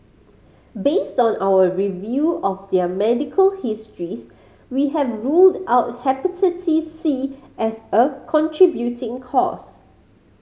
based on our review of their medical histories we have ruled out Hepatitis C as a contributing cause